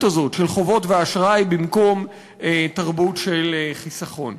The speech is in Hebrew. הזאת של חובות ואשראי במקום תרבות של חיסכון.